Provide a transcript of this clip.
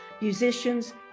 musicians